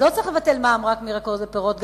אז לא צריך לבטל מע"מ רק על ירקות ופירות,